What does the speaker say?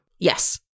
Yes